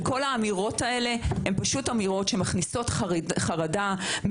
וכל האמירות האלו הן אמירות שמכניסות חרדה,